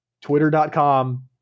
Twitter.com